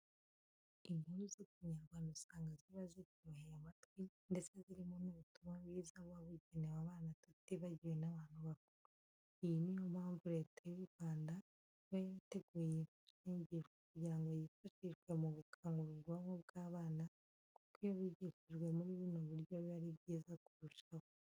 Inkuru z'Ikinyarwanda usanga ziba ziryoheye amatwi ndetse zirimo n'ubutumwa bwiza buba bugenewe abana tutibagiwe n'abantu bakuru. Iyo ni yo mpamvu Leta y'u Rwanda iba yarateguye iyi mfashanyigisho kugira ngo yifashishwe mu gukangura ubwonko by'abana kuko iyo bigishijwe muri buno buryo biba ari byiza kurushaho.